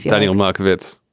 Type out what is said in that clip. yeah daniel marcuvitz.